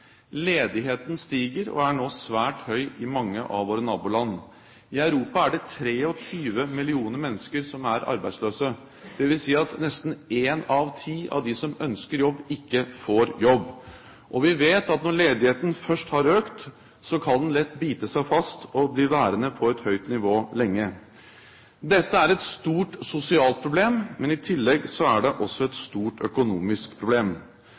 Ledigheten stiger og er nå svært høy i mange av våre naboland. I Europa er det 23 millioner mennesker som er arbeidsløse, dvs. at nesten én av ti av dem som ønsker jobb, ikke får jobb. Og vi vet at når ledigheten først har økt, kan den lett bite seg fast og bli værende på et høyt nivå lenge. Dette er et stort sosialt problem, men i tillegg er det også et stort økonomisk problem.